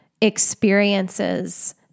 experiences